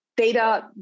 Data